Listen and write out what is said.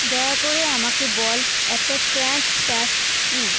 দয়া করে আমাকে বল একটা ক্র্যাঙ্কশ্যাফ্ট কী